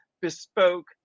bespoke